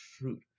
fruit